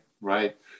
right